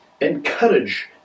encourage